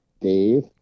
dave